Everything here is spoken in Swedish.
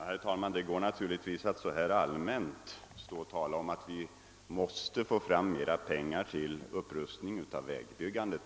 Herr talman! Man kan naturligtvis stå här och tala allmänt om att vi måste få fram mera pengar till en upprustning av vägarna.